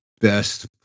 best